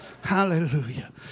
hallelujah